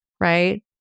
right